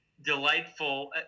delightful